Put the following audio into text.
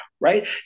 Right